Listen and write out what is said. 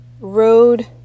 road